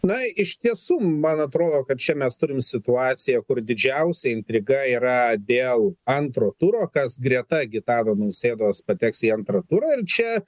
na iš tiesų man atrodo kad čia mes turim situaciją kur didžiausia intriga yra dėl antro turo kas greta gitano nausėdos pateks į antrą turą ir čia